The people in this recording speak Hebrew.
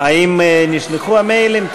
האם נשלחו המיילים?